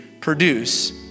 produce